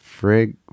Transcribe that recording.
Frig